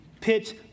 pitch